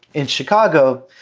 in chicago.